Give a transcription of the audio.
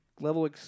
level